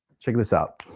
check this out.